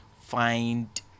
find